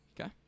Okay